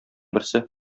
берсе